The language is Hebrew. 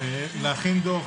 להכין דוח